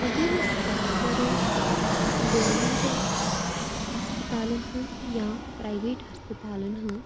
اگر أسۍ کَتھ کَرو گورمینٹ ہَسپَتالَن ہٕنٛز یا پرٛایویٹ ہَسپَتالَن ہٕنٛز